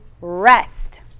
rest